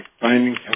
finding